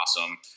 awesome